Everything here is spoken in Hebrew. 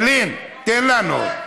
תן לנו.